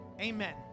Amen